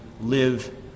live